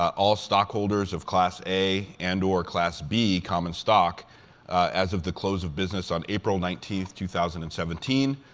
all stockholders of class a and or class b common stock as of the close of business on april nineteenth, two thousand and seventeen,